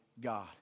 God